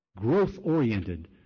growth-oriented